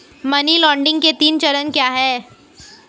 Money laundering के तीन चरण क्या हैं?